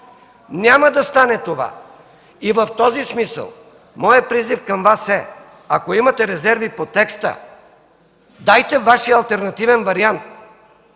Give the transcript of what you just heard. Няма да стане това. В този смисъл моят призив към Вас е: ако имате резерви по текста, дайте Вашия алтернативен вариант.